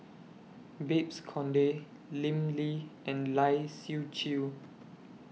Babes Conde Lim Lee and Lai Siu Chiu